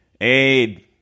aid